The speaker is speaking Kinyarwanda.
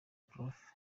prof